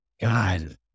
God